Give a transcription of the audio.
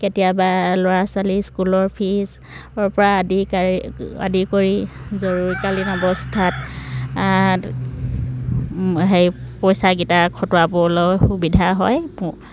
কেতিয়াবা ল'ৰা ছোৱালী স্কুলৰ ফিজৰ পৰা আদি কৰি আদি কৰি জৰুৰীকালীন অৱস্থাত সেই পইচাকেইটা খটুৱাবলৈ সুবিধা হয়